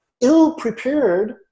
ill-prepared